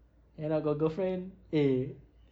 and I got girlfriend eh